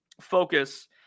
focus